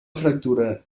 fractura